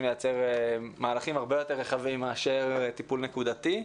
לייצר מהלכים הרבה יותר רחבים מאשר טיפול נקודתי.